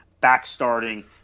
back-starting